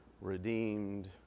redeemed